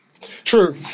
True